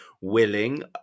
willing